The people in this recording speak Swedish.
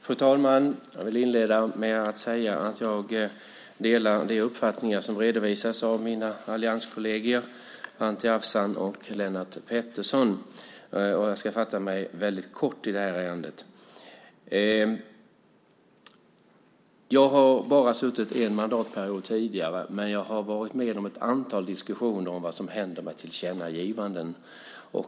Fru talman! Jag vill inleda med att säga att jag delar de uppfattningar som redovisats av mina allianskolleger Anti Avsan och Lennart Pettersson. Jag ska fatta mig kort i ärendet. Jag har bara suttit en mandatperiod tidigare, men har varit med om ett antal diskussioner om vad som händer med tillkännagivanden.